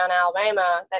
Alabama